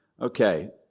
Okay